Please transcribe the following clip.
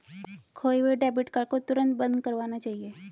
खोये हुए debit card को तुरंत बंद करवाना चाहिए